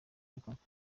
bikorwa